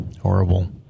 Horrible